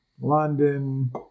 London